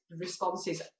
responses